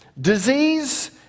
disease